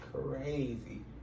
crazy